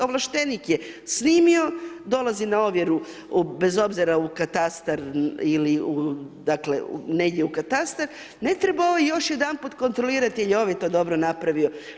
Ovlaštenik je snimio, dolazi na ovjeru bez obzira u katastar ili dakle negdje u katastar, ne treba još jedanput kontrolirati jel' je ovaj to dobro napravio.